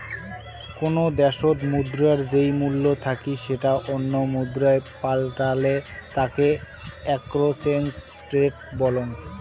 কোনো দ্যাশের মুদ্রার যেই মূল্য থাকি সেটা অন্য মুদ্রায় পাল্টালে তাকে এক্সচেঞ্জ রেট বলং